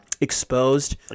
exposed